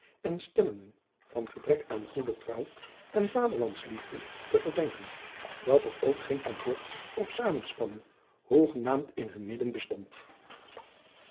en stemmenden van gebrek aan goede trouw en aderlandsliefde te verdenken dat er ook geen komplot of zamenspanning hoegenaamd in hun midden bestond